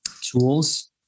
tools